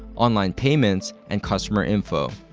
online payments, and customer info.